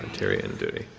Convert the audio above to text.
tary and doty.